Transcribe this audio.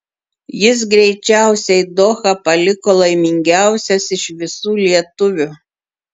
jis greičiausiai dohą paliko laimingiausias iš visų lietuvių